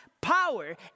power